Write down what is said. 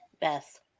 beth